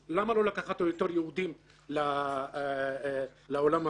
אז למה לא לקחת איתו יהודים לעולם הבא.